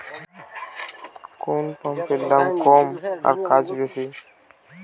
কোন পাম্পের দাম কম কাজ বেশি?